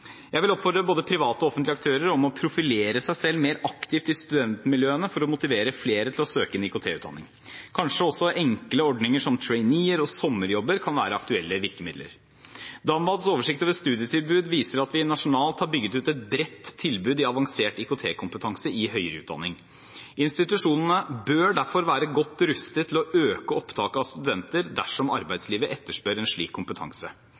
Jeg vil oppfordre både private og offentlige aktører til å profilere seg selv mer aktivt i studentmiljøene for å motivere flere til å søke en IKT-utdanning. Kanskje også enkle ordninger som traineer og sommerjobber kan være aktuelle virkemidler. DAMVADs oversikt over studietilbud viser at vi nasjonalt har bygget ut et bredt tilbud i avansert IKT-kompetanse i høyere utdanning. Institusjonene bør derfor være godt rustet til å øke opptaket av studenter dersom arbeidslivet etterspør en slik kompetanse.